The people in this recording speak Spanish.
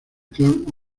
clan